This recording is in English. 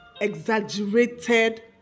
exaggerated